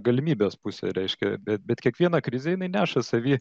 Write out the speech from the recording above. galimybės pusę reiškia bet bet kiekviena krizė jinai neša savy